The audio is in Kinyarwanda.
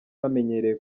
bamenyereye